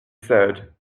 said